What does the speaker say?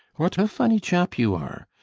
what a funny chap you are.